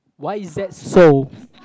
why is that so